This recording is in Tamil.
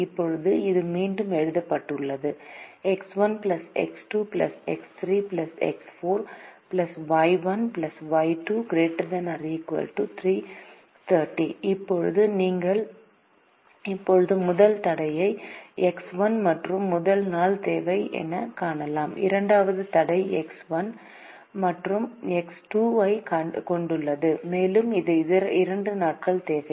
இப்போது இது மீண்டும் எழுதப்பட்டுள்ளது X1 X2 X3 X4 Y1 Y 2≥330 இப்போது நீங்கள் இப்போது முதல் தடையை எக்ஸ் 1 மற்றும் முதல் நாள் தேவை எனக் காணலாம் இரண்டாவது தடை எக்ஸ் 1 எக்ஸ் 2 ஐக் கொண்டுள்ளது மேலும் இது இரண்டு நாட்கள் தேவை